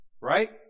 right